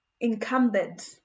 incumbent